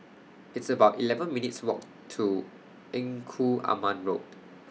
It's about eleven minutes' Walk to Engku Aman Road